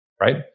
right